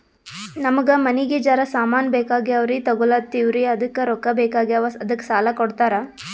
ನಮಗ ಮನಿಗಿ ಜರ ಸಾಮಾನ ಬೇಕಾಗ್ಯಾವ್ರೀ ತೊಗೊಲತ್ತೀವ್ರಿ ಅದಕ್ಕ ರೊಕ್ಕ ಬೆಕಾಗ್ಯಾವ ಅದಕ್ಕ ಸಾಲ ಕೊಡ್ತಾರ?